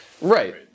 Right